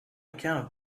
account